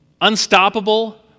unstoppable